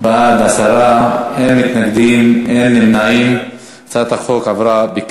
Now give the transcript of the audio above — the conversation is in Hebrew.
ההצעה להעביר את הצעת חוק סמכויות לשם